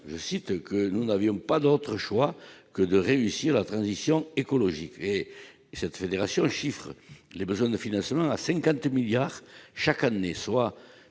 je cite, que nous n'avions pas d'autre choix que de réussir la transition écologique et cette fédération chiffre les besoins de financement à 50 milliards chaque année, soit